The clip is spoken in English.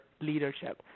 leadership